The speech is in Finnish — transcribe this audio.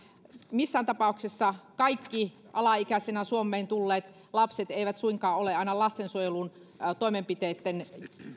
missään tapauksessa kaikki alaikäisenä suomeen tulleet lapset eivät suinkaan aina ole lastensuojelun toimenpiteitten